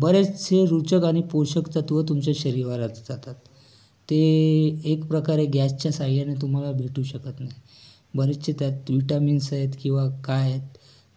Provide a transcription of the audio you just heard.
बरेचसे रुचक आणि पोषक तत्व तुमच्या शरीराला जातात ते एक प्रकारे गॅसच्या साहाय्याने तुम्हाला भेटू शकत नाही बरेचसे त्यात व्हिटॅमिन्स आहेत किंवा काय